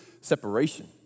separation